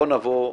בוא נבוא למהות.